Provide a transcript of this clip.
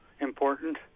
important